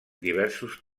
diversos